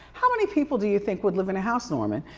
how many people do you think would live in a house norman?